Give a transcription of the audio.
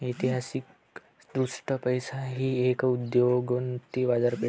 ऐतिहासिकदृष्ट्या पैसा ही एक उदयोन्मुख बाजारपेठ आहे